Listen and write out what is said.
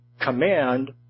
command